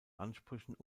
ansprüchen